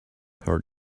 her